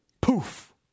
Poof